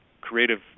creative